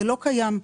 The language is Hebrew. זה לא קיים כאן.